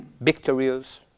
Victorious